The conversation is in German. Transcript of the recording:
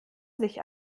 sich